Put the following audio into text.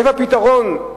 איפה הפתרון?